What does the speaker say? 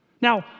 Now